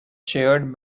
chaired